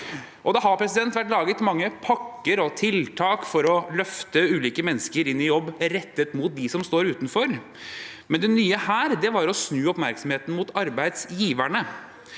Det har vært laget mange pakker og tiltak for å løfte ulike mennesker inn i jobb, rettet inn mot dem som står utenfor, men det nye her var å snu oppmerksomheten mot arbeidsgiverne.